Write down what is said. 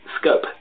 scope